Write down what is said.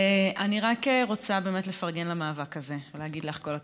אני רק רוצה באמת לפרגן על המאבק הזה ולהגיד לך כל הכבוד,